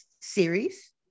series